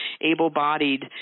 able-bodied